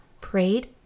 prayed